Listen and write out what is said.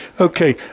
Okay